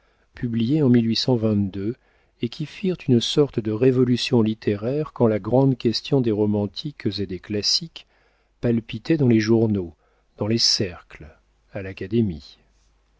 publiées en et qui firent une sorte de révolution littéraire quand la grande question des romantiques et des classiques palpitait dans les journaux dans les cercles à l'académie